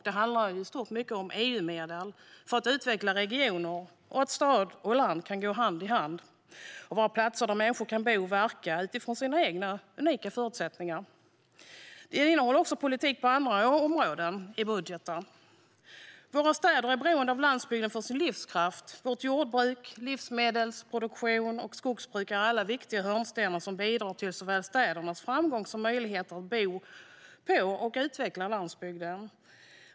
Det handlar i stort om EU-medel för att utveckla regioner samt att stad och land kan gå hand i hand och vara platser där människor kan bo och verka utifrån sina egna unika förutsättningar. I betänkandet tas också andra politikområden i budgeten upp. Våra städer är beroende av landsbygden för sin livskraft. Vårt jordbruk, vår livsmedelsproduktion och vårt skogsbruk är alla viktiga hörnstenar som bidrar till såväl städernas framgång som möjligheter att bo på och utveckla landsbygden.